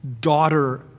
daughter